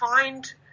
find